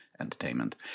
entertainment